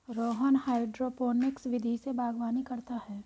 Rohan hydroponics विधि से बागवानी करता है